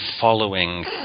following